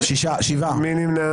הצבעה לא אושרו.